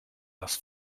das